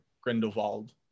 Grindelwald